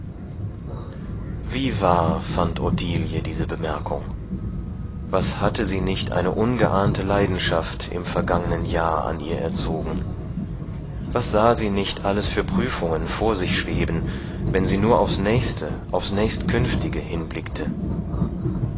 wie wahr fand ottilie diese bemerkung was hatte nicht eine ungeahnte leidenschaft im vergangenen jahr an ihr erzogen was sah sie nicht alles für prüfungen vor sich schweben wenn sie nur aufs nächste aufs nächstkünftige hinblickte